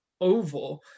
oval